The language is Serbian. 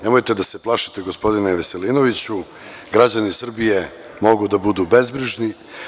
Nemojte da se plašite, gospodine Veselinoviću, građani Srbije mogu da budu bezbrižni.